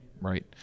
Right